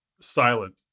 silent